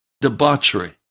debauchery